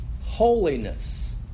holiness